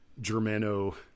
Germano